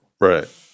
right